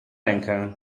rękę